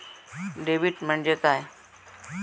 Debit म्हणजे काय?